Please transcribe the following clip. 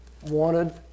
wanted